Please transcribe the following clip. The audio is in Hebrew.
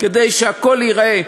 כדי שהכול ייראה.